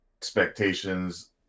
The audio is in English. expectations